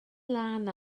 lân